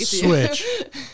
switch